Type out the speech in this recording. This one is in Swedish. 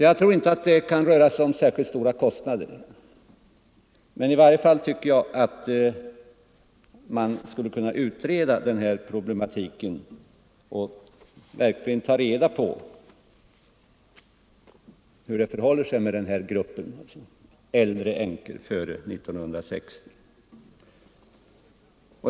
Jag tror inte att det kan röra sig om särskilt stora kostnader, men jag tycker att man i varje fall skulle kunna utreda den här problematiken och verkligen ta reda på hur det förhåller sig med den här gruppen: kvinnor som blivit änkor före den 1 juli 1960.